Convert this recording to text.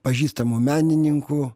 pažįstamų menininkų